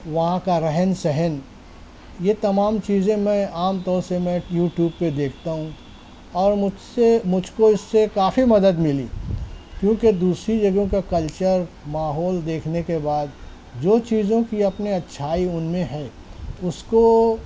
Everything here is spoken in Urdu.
وہاں کا رہن سہن یہ تمام چیزیں میں عام طور سے میں یو ٹیوب پہ دیکھتا ہوں اور مجھے سے مجھ کو اس سے کافی مدد ملی کیونکہ دوسری جگہوں کا کلچر ماحول دیکھنے کے بعد جو چیزوں کی اپنے اچھائی ان میں ہے اس کو